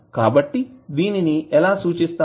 కాబట్టి దీనిని ఎలా సూచిస్తాము